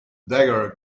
dagger